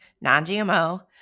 non-GMO